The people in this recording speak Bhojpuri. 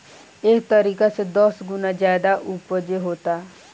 एह तरीका से दस गुना ज्यादे ऊपज होता